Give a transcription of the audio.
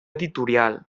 editorial